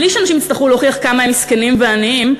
בלי שאנשים יצטרכו להוכיח כמה הם מסכנים ועניים,